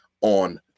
on